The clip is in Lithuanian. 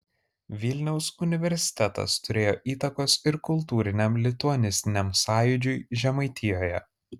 vilniaus universitetas turėjo įtakos ir kultūriniam lituanistiniam sąjūdžiui žemaitijoje